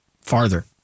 Farther